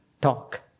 talk